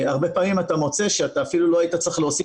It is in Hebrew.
הרבה פעמים אתה מוצא שאתה אפילו לא היית צריך להוסיף